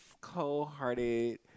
cold-hearted